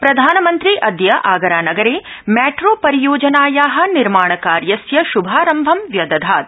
प्रधानमंत्री अद्य आगरानगर मैट्रोपरियोजनाया निर्माणकार्यस्य शुमारम्भ व्यदधात्